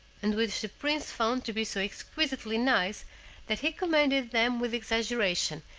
and which the prince found to be so exquisitely nice that he commended them with exaggeration,